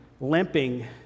limping